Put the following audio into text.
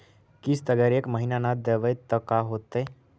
किस्त अगर एक महीना न देबै त का होतै?